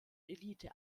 elite